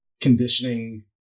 conditioning